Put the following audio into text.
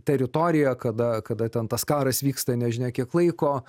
teritoriją kada kada ten tas karas vyksta nežinia kiek laiko